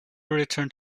returned